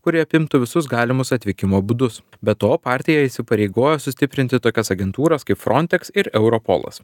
kuri apimtų visus galimus atvykimo būdus be to partija įsipareigoja sustiprinti tokias agentūras kaip frontex ir europolas